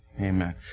Amen